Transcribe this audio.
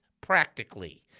practically